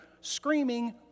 screaming